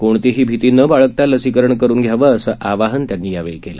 कोणतीही भीती न बाळगता लसीकरण करुन घ्यावं असं आवाहन त्यांनी यावेळी केलं